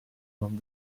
non